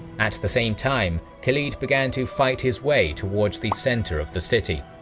at the same time, khalid began to fight his way toward the centre of the city.